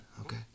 Okay